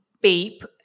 beep